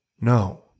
no